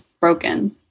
broken